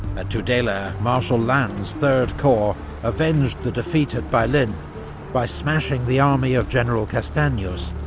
at tudela, marshal lannes' third corps avenged the defeat at bailen by smashing the army of general castanos,